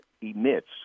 emits